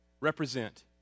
Represent